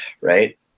right